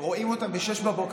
רואים אותם ב-06:00,